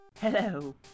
Hello